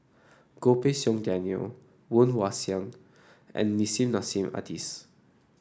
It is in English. Goh Pei Siong Daniel Woon Wah Siang and Nissim Nassim Adis